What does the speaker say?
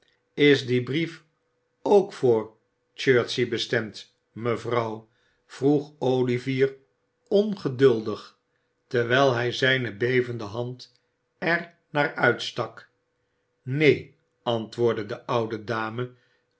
is die brief ook voor chertsey bestemd mevrouw vroeg olivier ongeduldig terwijl hij zijne bevende hand er naar uitstak neen antwoordde de oude dame